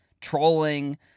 trolling